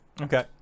okay